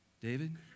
David